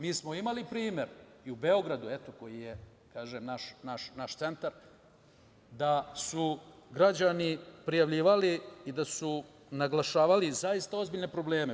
Mi smo imali primer i u Beogradu koji je naš centar da su građani prijavljivali i da su naglašavali zaista ozbiljne probleme.